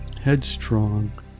headstrong